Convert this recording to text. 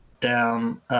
down